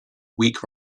weak